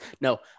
No